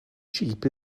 cheap